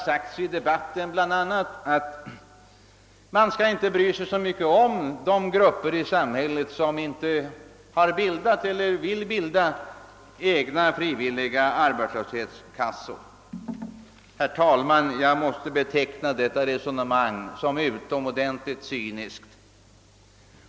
I debatten har bl.a. sagts, att man inte skall bry sig så mycket om de grupper i samhället som inte har bildat eller vill bilda frivilliga arbetslöshetskassor. Herr talman! Jag måste beteckna detta resonemang som utomordentligt cyniskt.